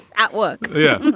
at work. yeah,